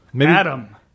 Adam